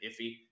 iffy